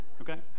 Okay